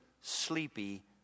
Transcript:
sleepy